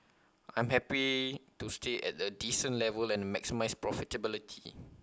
I'm happy to stay at A decent level and maximise profitability